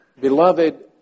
Beloved